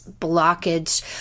blockage